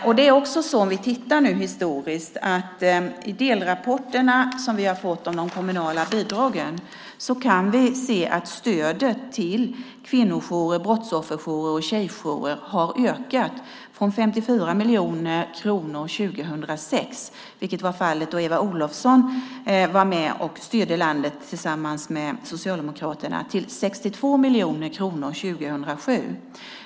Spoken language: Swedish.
Om vi tittar historiskt ser vi i de delrapporter vi har fått om de kommunala bidragen att stödet till kvinnojourer, brottsofferjourer och tjejjourer har ökat från 54 miljoner kronor 2006, vilket var fallet då Eva Olofsson var med och styrde landet tillsammans med Socialdemokraterna, till 62 miljoner kronor 2007.